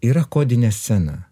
yra kodinė scena